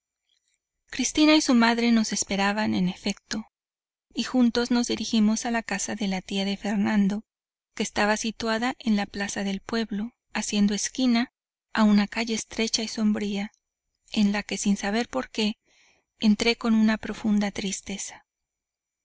cristina y su madre nos esperaban en efecto y juntos nos dirigimos a casa de la tía de fernando que estaba situada en la plaza del pueblo haciendo esquina a una calle estrecha y sombría en la que sin saber por qué entré con una profunda tristeza